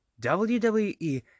WWE